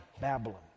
Babylon